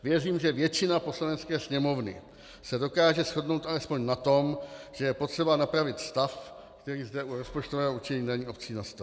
Věřím, že většina Poslanecké sněmovny se dokáže shodnout alespoň na tom, že je potřeba napravit stav, který zde u rozpočtového určení daní obcí nastal.